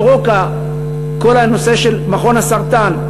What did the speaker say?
בסורוקה כל הנושא של מכון הסרטן,